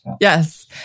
Yes